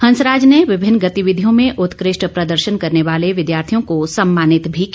हंसराज ने विभिन्न गतिविधियों में उत्कृष्ट प्रदर्शन करने वाले विद्यार्थियों को सम्मानित भी किया